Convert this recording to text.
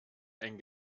ein